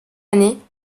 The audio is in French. année